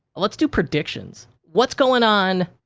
let's do predictions. what's going on?